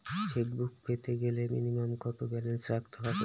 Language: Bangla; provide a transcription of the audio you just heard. চেকবুক পেতে গেলে মিনিমাম ব্যালেন্স কত রাখতে হবে?